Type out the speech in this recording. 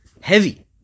heavy